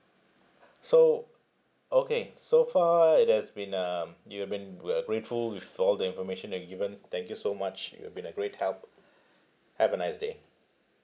so okay so far it has been um you have been we are grateful with all the information that you've given thank you so much you've been a great help have a nice day